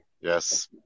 Yes